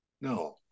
No